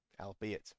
albeit